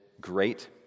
great